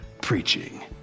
preaching